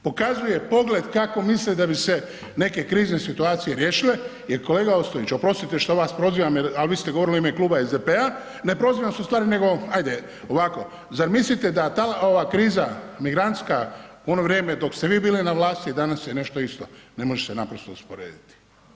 Pokazuje pogled kako misli da bi se neke krizne situacije riješile, jer kolega Ostojić oprostite što vas prozivam al vi ste govorili u ime Kluba SDP-a, ne prozivam vas u stvari nego ajde ovako, zar mislite da ta ova kriza migrantska u ono vrijeme dok ste vi bili na vlasti i danas je nešto isto, ne može se naprosto usporediti.